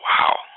Wow